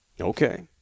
Okay